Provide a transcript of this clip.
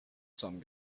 some